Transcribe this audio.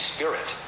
Spirit